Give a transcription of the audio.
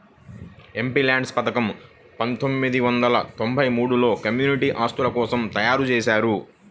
MPLADS పథకం పందొమ్మిది వందల తొంబై మూడులో కమ్యూనిటీ ఆస్తుల కోసం తయ్యారుజేశారు